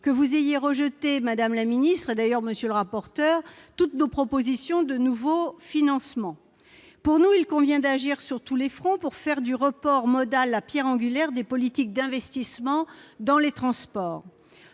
que vous ayez rejeté, madame la ministre, monsieur le rapporteur, toutes nos propositions qui visaient à trouver de nouveaux financements. Pour nous, il convient d'agir sur tous les fronts pour faire du report modal la pierre angulaire des politiques d'investissement dans les transports.